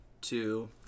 two